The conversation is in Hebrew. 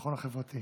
והביטחון החברתי